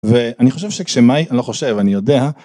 ואני חושב שכשמאי אני לא חושב אני יודע